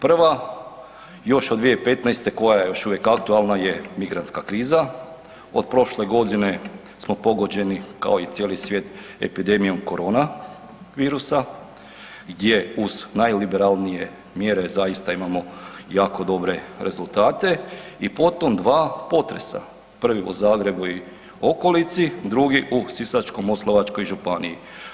Prva još od 2015. koja je još uvijek aktualna je migrantska kriza, od prošle godine smo pogođeni kao i cijeli svijet epidemijom koronavirusa gdje uz najliberalnije mjere zaista imamo jako dobre rezultate i potom dva potresa, prvi u Zagrebu i okolici, drugi u Sisačko-moslavačkoj županiji.